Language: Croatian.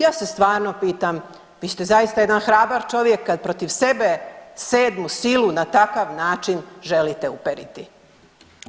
Ja se stvarno pitam, vi ste zaista jedan hrabar čovjek kad protiv sebe sedmu silu na takav način želite uperiti.